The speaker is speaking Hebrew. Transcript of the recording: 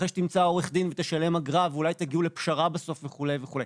אחרי שתמצא עורך דין ותשלם אגרה ואולי תגיעו לפשרה בסוף וכו' וכו'.